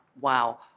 wow